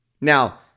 Now